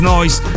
Noise